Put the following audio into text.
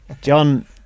John